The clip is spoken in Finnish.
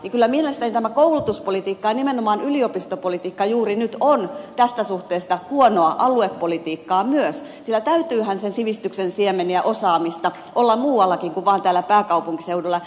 kyllä mielestäni tämä koulutuspolitiikka ja nimenomaan yliopistopolitiikka juuri nyt on tässä suhteessa huonoa aluepolitiikkaa myös sillä täytyyhän sen sivistyksen siemenen ja osaamisen olla muuallakin kuin vaan täällä pääkaupunkiseudulla